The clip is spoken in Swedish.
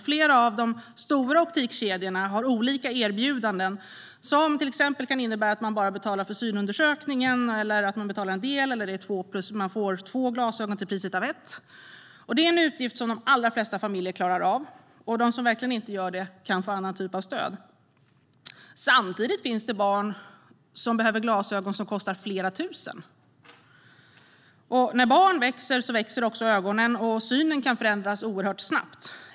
Flera av de stora optikkedjorna har olika erbjudanden som till exempel kan innebära att man bara betalar för synundersökningen, att man bara betalar en del eller att man får två par glasögon till priset av ett. Det är en utgift som de allra flesta familjer klarar av. De som verkligen inte gör det kan få annan typ av stöd. Samtidigt finns det barn som behöver glasögon som kostar flera tusen. Även ögonen växer hos barn som växer, och synen kan förändras oerhört snabbt.